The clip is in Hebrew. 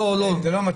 זה לא מתאים.